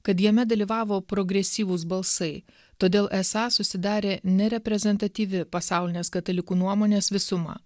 kad jame dalyvavo progresyvūs balsai todėl esą susidarė nereprezentatyvi pasaulinės katalikų nuomonės visuma